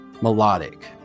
melodic